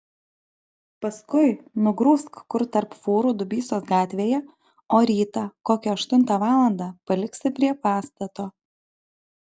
paskui nugrūsk kur tarp fūrų dubysos gatvėje o rytą kokią aštuntą valandą paliksi prie pastato